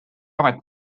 amet